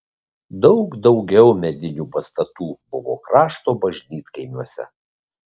daug daugiau medinių pastatų buvo krašto bažnytkaimiuose